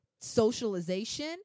socialization